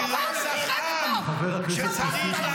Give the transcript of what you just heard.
--- זהו חלק מג'נוסייד -- חבר הכנסת כסיף,